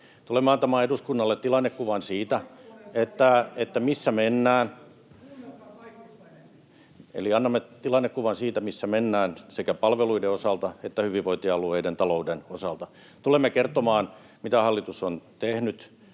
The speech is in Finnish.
Kurvinen: Kuunnelkaa Kaikkosta enemmän!] Eli annamme tilannekuvan siitä, missä mennään sekä palveluiden osalta että hyvinvointialueiden talouden osalta. Tulemme kertomaan, mitä hallitus on tehnyt,